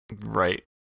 right